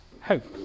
hope